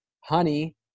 honey